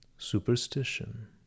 superstition